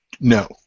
No